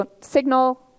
signal